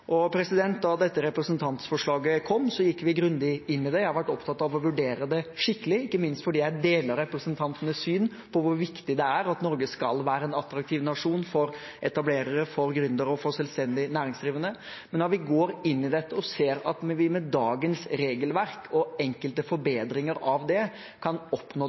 Da dette representantforslaget kom, gikk vi grundig inn i det. Jeg har vært opptatt av å vurdere det skikkelig, ikke minst fordi jeg deler representantenes syn på hvor viktig det er at Norge skal være en attraktiv nasjon for etablerere, gründere og selvstendig næringsdrivende. Men når vi går inn i dette og ser at vi med dagens regelverk og enkelte forbedringer av det kan